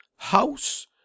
House